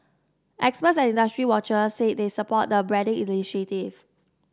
experts and industry watchers say they support the branding initiative